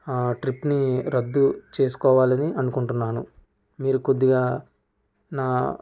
ఈ ట్రిప్ని రద్దు చేసుకోవాలని అనుకుంటున్నాను మీరు కొద్దిగా నా